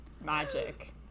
magic